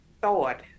thought